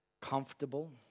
comfortable